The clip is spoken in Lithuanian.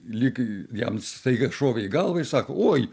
lyg jam staiga šovė į galvą ir sako oi